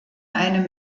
einem